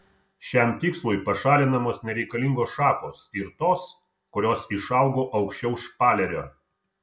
šiam tikslui pašalinamos nereikalingos šakos ir tos kurios išaugo aukščiau špalerio